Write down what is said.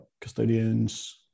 custodians